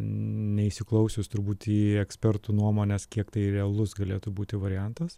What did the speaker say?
neįsiklausius turbūt į ekspertų nuomones kiek tai realus galėtų būti variantas